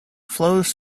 flows